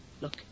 Look